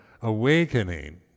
awakening